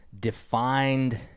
defined